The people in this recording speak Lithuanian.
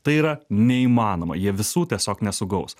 tai yra neįmanoma jie visų tiesiog nesugaus